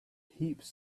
heaps